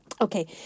Okay